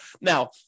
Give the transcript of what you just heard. Now